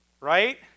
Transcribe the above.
Right